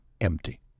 empty